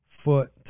foot